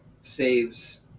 saves